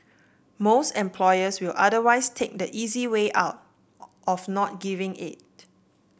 most employers will otherwise take the easy way out of not giving it